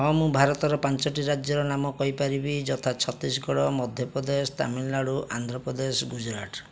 ହଁ ମୁଁ ଭାରତର ପାଞ୍ଚଟି ରାଜ୍ୟର ନାମ କହିପାରିବି ଯଥା ଛତିଶଗଡ଼ ମଧ୍ୟପ୍ରଦେଶ ତାମିଲନାଡ଼ୁ ଆନ୍ଧ୍ରପ୍ରଦେଶ ଗୁଜୁରାଟ